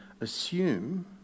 assume